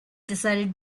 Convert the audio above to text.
decided